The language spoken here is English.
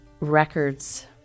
records